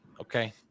Okay